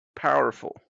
powerful